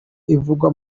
ivugwa